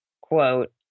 quote